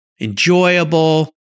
enjoyable